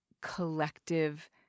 collective